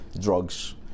Drugs